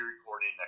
recording